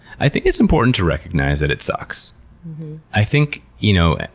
i think it's important to recognize that it sucks i think, you know,